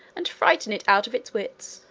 and frighten it out of its wits,